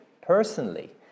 personally